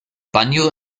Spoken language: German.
banjul